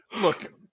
Look